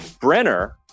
Brenner